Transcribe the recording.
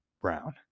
brown